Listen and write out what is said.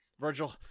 Virgil